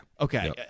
Okay